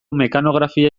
mekanografia